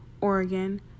Oregon